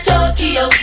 Tokyo